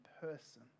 person